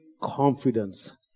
confidence